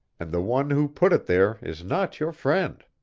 and the one who put it there is not your friend.